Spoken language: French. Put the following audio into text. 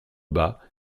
bas